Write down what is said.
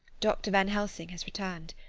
dr. van helsing has returned.